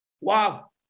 Wow